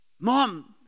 Mom